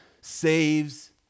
saves